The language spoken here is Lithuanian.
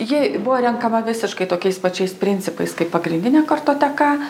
ji buvo renkama visiškai tokiais pačiais principais kaip pagrindinė kartoteka